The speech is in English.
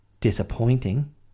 disappointing